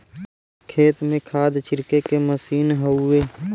खेत में खाद छिड़के के मसीन हउवे